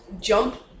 jump